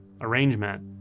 arrangement